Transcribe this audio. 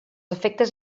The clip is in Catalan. efectes